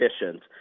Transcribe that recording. efficient